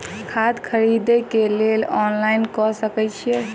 खाद खरीदे केँ लेल ऑनलाइन कऽ सकय छीयै?